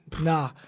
Nah